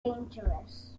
dangerous